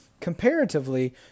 Comparatively